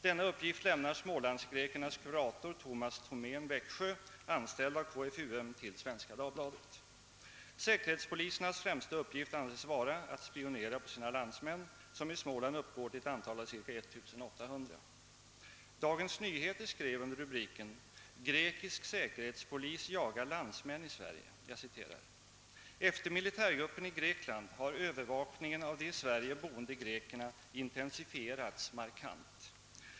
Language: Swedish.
Denna uppgift lämnar Smålandsgrekernas kurator Thomas Thomén, Växjö, anställd av KFUM, till Svenska Dagbladet. Säkerhetspolisernas främsta uppgift anses vara att spionera på sina landsmän, som i Småland uppgår till ett antal av ca 1 800.» Dagens Nyheter skrev under rubriken »Grekisk säkerhetspolis jagar landsmän i Sverige»: »Efter militärkuppen i Grekland har övervakningen av de i Sverige boende grekerna intensifierats markant.